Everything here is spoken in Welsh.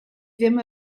ddim